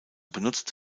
benutzt